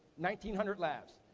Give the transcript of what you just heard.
nine nine hundred lavs.